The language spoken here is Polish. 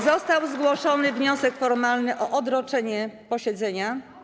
Został zgłoszony wniosek formalny o odroczenie posiedzenia.